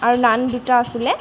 আৰু নান দুটা আছিলে